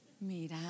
Mira